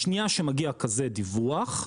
בשנייה שמגיע כזה דיווח,